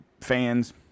fans